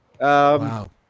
Wow